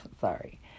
sorry